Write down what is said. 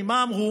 כי מה אמרו?